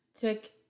take